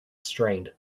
strained